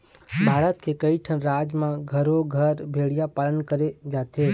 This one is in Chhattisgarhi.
भारत के कइठन राज म घरो घर भेड़िया पालन करे जाथे